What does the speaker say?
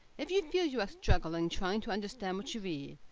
if you feel you are struggling trying to understand what you read,